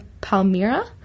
Palmyra